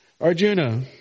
Arjuna